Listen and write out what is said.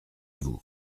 vous